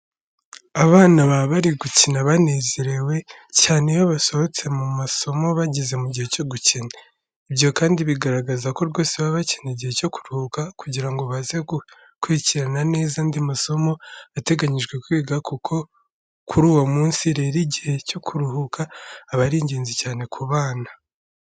Abana baba bari gukina banezerewe, cyane iyo basohotse mu masomo bageze mu gihe cyo gukina. Ibyo kandi bikagaragaza ko rwose baba bakeneye igihe cyo kuruhuka kugira ngo baze gukurikirana neza andi masomo ateganyijwe kwiga kuri uwo munsi, rero igihe cy'akaruhuko aba ari ingenzi cyane ku bana.